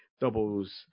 doubles